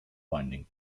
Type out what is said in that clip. binding